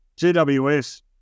GWS